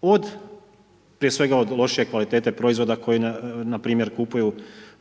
od, prije svega od lošije kvalitete proizvoda koji npr. kupuju,